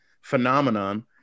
phenomenon